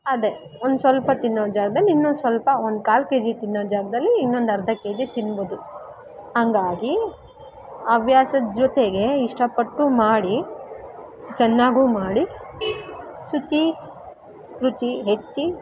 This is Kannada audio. ಅದೇ ಒಂದುಸ್ವಲ್ಪ ತಿನ್ನೋ ಜಾಗ್ದಲ್ಲಿ ಇನ್ನೊಂದುಸ್ವಲ್ಪ ಒಂದು ಕಾಲು ಕೆಜಿ ತಿನ್ನೋ ಜಾಗದಲ್ಲಿ ಇನ್ನೊಂದು ಅರ್ಧ ಕೆಜಿ ತಿನ್ಬೋದು ಹಂಗಾಗಿ ಹವ್ಯಾಸದ ಜೊತೆಗೆ ಇಷ್ಟಪಟ್ಟು ಮಾಡಿ ಚೆನ್ನಾಗು ಮಾಡಿ ಶುಚಿ ರುಚಿ ಹೆಚ್ಚಿ